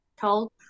told